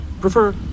prefer